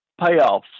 payoffs